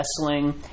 Wrestling